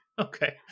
Okay